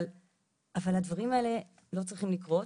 אבל הדברים האלה לא צריכים לקרות.